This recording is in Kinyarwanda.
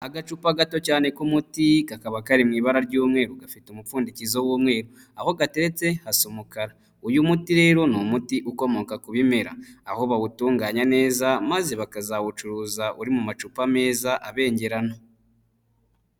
Agacupa gato cyane k'umuti kakaba kari mu ibara ry'umweru, gafite umupfundikizo w'umweru, aho gateretse hasa umukara. Uyu muti rero, ni umuti ukomoka ku bimera, aho bawutunganya neza, maze bakazawucuruza uri mu macupa meza abengerana.